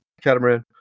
catamaran